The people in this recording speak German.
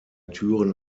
türen